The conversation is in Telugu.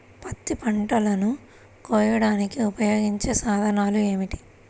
పత్తి పంటలను కోయడానికి ఉపయోగించే సాధనాలు ఏమిటీ?